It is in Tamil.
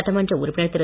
சட்டமன்ற உறுப்பினர் திரு